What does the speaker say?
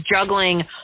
juggling